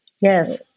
Yes